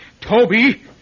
Toby